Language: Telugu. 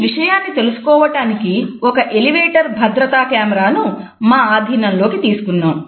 ఈ విషయాన్ని తెలుసుకోవటానికి ఒక ఎలివేటర్ భద్రతా కెమెరాను మా ఆధీనంలోకి తీసుకున్నాం